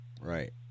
Right